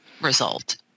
result